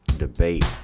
debate